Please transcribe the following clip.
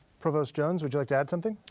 provost jones, would you like to add something?